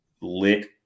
lit